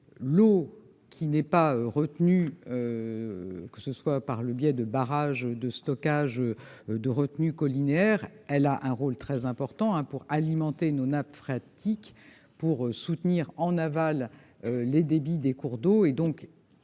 l'eau qui n'est pas retenue, par le biais de barrages de stockage ou de retenues collinaires, a un rôle très important pour alimenter nos nappes phréatiques, soutenir en aval les débits des cours d'eau